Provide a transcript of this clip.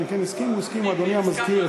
כן, הסכימו, אדוני המזכיר.